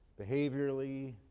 behaviorally.